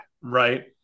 Right